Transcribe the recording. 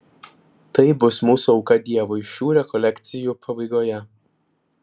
tai bus mūsų auka dievui šių rekolekcijų pabaigoje